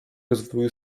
rozwoju